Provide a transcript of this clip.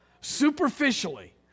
Superficially